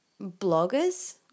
bloggers